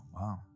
wow